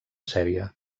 sèrie